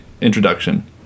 introduction